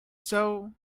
sow